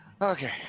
Okay